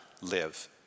live